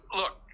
look